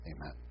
amen